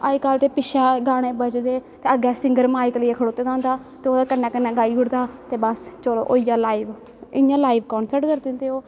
अज कल ते पिच्छें गाने बजदे अग्गैं सिंगर माईक लेईयै खड़ोते दा होंदा ते ओह्ॅदै कन्नै कन्नै गाई ओड़दा ते बस चलो होईया लाईव इयां लाईव कर दिंदे ओह्